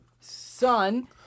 sun